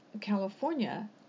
California